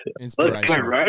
Inspiration